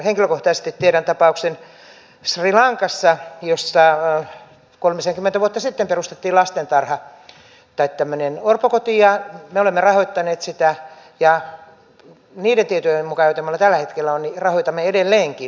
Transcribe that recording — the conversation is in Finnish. henkilökohtaisesti tiedän tapauksen sri lankassa jossa kolmisenkymmentä vuotta sitten perustettiin orpokoti ja me olemme rahoittaneet sitä ja niiden tietojen mukaan joita minulla tällä hetkellä on rahoitamme edelleenkin